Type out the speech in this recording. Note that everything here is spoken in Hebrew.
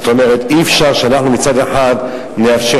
אי-אפשר שאנחנו מצד אחד נאפשר,